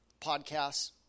podcasts